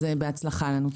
אז בהצלחה לנו.